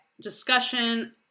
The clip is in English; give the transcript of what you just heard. discussion